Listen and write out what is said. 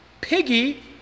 Piggy